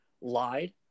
lied